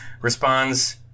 responds